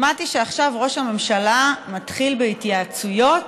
שמעתי שעכשיו ראש הממשלה מתחיל בהתייעצויות